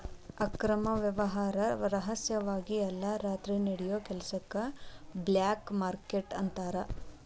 ಅಕ್ರಮ ವ್ಯಾಪಾರ ರಹಸ್ಯವಾಗಿ ಎಲ್ಲಾ ರಾತ್ರಿ ನಡಿಯೋ ಕೆಲಸಕ್ಕ ಬ್ಲ್ಯಾಕ್ ಮಾರ್ಕೇಟ್ ಅಂತಾರ